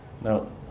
Now